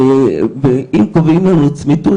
אם קובעים לנו צמיתות,